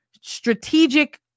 strategic